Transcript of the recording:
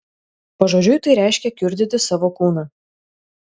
pažodžiui tai reiškia kiurdyti savo kūną